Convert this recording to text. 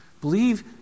believe